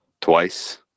twice